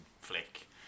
flick